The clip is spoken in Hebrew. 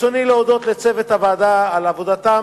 ברצוני להודות לצוות הוועדה על עבודתם,